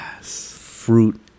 fruit